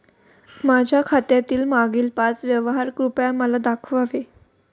माझ्या खात्यातील मागील पाच व्यवहार कृपया मला दाखवावे